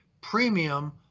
premium